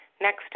Next